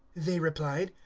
they replied,